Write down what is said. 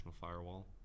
firewall